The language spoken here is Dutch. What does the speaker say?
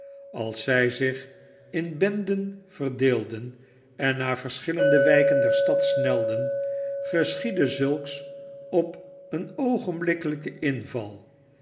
als zij zich in benden verdeelden en naar verschiuende wijken der stad snelden geschxedde zulks op een oogenblikkelijken inval